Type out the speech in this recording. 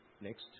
Next